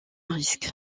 risque